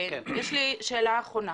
יש לי שאלה אחרונה.